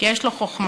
כי יש לו חוכמה.